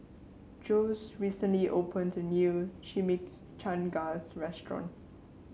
Jose recently opened a new Chimichangas Restaurant